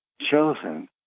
chosen